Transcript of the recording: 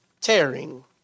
tearing